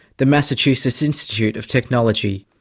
the massachusetts institute of technology.